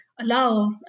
allow